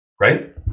Right